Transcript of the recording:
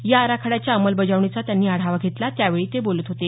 या आराखड्याच्या अंमलबजावणीचा त्यांनी आढावा घेतला त्यावेळी ते बोलत होते